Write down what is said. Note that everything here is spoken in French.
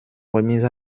remise